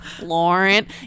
Lauren